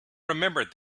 remembered